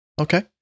Okay